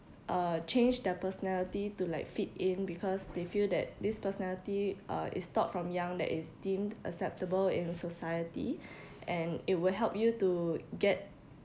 uh change their personality to like fit in because they feel that this personality uh is taught from young that it's deemed acceptable in society and it will help you to get